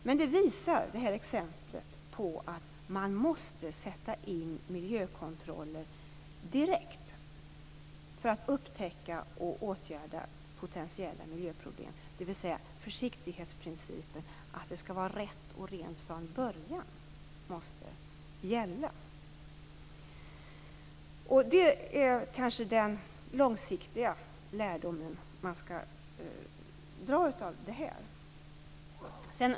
Men det här exemplet visar att man måste sätta in miljökontroller direkt för att upptäcka och åtgärda potentiella miljöproblem, dvs. försiktighetsprincipen, att det skall vara rätt och rent från början, måste gälla. Det är kanske den långsiktiga lärdom man skall dra av detta.